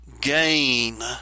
gain